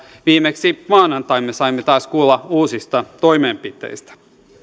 viimeksi maanantaina me saimme taas kuulla uusista toimenpiteistä